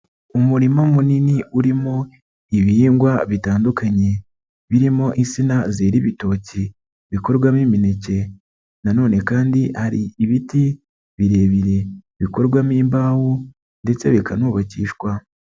Umurima munini urimo ibihingwa bitandukanye birimo insina zera ibitoki bikorwamo imineke, na none kandi hari ibiti birebire bikorwamo imbaho ndetse bikanubakishwa.